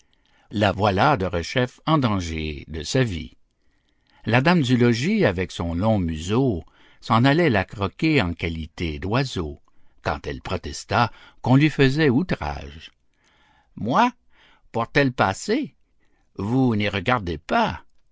la voilà derechef en danger de sa vie la dame du logis avec son long museau s'en allait la croquer en qualité d'oiseau quand elle protesta qu'on lui faisait outrage moi pour telle passer vous n'y regardez pas